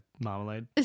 Marmalade